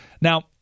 Now